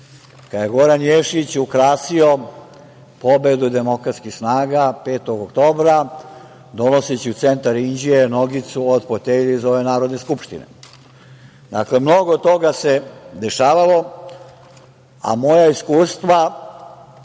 je Goran Ješić ukrasio pobedu demokratskih snaga, 5. oktobra donoseći u centar Inđije nogicu od fotelje iz ove Narodne skupštine. Mnogo toga se dešavalo, a moja iskustva